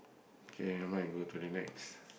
okay never mind go to the next